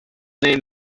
name